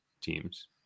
teams